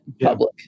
public